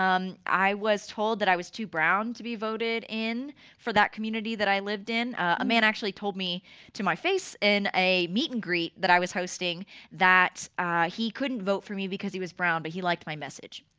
um i was told that i was too brown to be voted in for that community that i lived in. a man actually told me to my face in a meet and greet that i was hosting that he couldn't vote for me because he was brown but he liked my message.